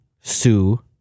sue